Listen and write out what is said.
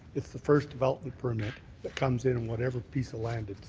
it's the first development permit that comes in whatever piece of land